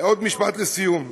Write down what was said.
עוד משפט לסיום.